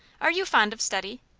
are you fond of study?